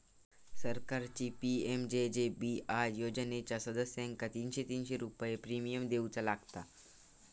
सरकारची पी.एम.जे.जे.बी.आय योजनेच्या सदस्यांका तीनशे तीनशे रुपये प्रिमियम देऊचा लागात